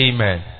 Amen